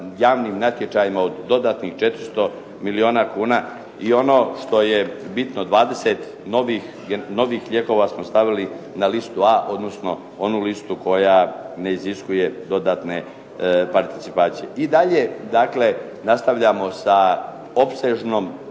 javnim natječajima od dodatnih 400 milijuna kuna i ono što je bitno, 20 novih lijekova smo stavili na listu A, odnosno na onu listu koja ne iziskuje dodatne participacije. I dalje dakle nastavljamo sa opsežnom,